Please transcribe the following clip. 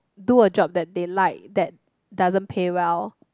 do a job that they like that doesn't pay well